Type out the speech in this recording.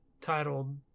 titled